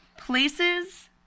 places